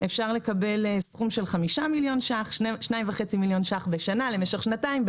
אפשר לקבל סכום של 5 מיליון שקלים - 2.5 מיליון שקלים לשנה במשך שנתיים,